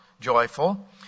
joyful